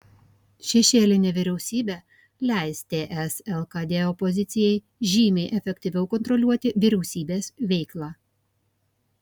šešėlinė vyriausybė leis ts lkd opozicijai žymiai efektyviau kontroliuoti vyriausybės veiklą